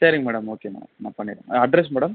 சரிங்க madam okay madam நான் பண்ணிடறேன் அட்ரஸ் மேடம்